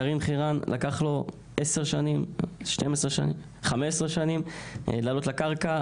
גרעין חירן לקח לו 15 שנים לעלות לקרקע.